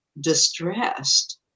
distressed